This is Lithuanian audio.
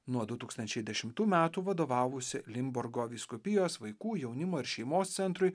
nuo du tūkstančiai dešimtų metų vadovavusi linburgo vyskupijos vaikų jaunimo ir šeimos centrui